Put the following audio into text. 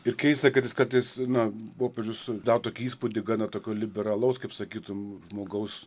ir keista kad jis kartais na popiežius sudaro tokį įspūdį gana tokio liberalaus kaip sakytum žmogaus